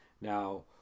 Now